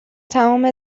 تمام